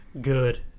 good